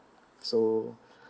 so